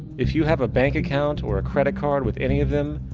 if you have a bank account or credit card with any of them,